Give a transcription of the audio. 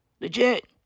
Legit